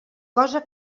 cosa